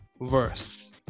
verse